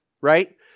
right